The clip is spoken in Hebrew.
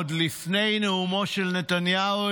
עוד לפני נאומו של נתניהו,